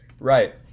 Right